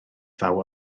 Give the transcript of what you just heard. ddaw